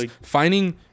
finding